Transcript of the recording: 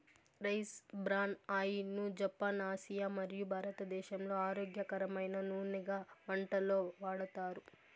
rice bran oil ను Japan, Asia మరియు భారతదేశంలో ఆరోగ్యకరమైన నూనెగా వంటలలో వాడతారు